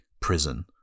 prison